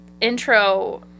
intro